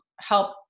help